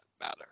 matter